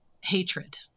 hatred